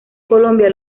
colombia